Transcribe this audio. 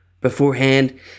beforehand